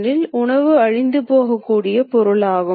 me என்றும் வைத்துக்கொள்வோம்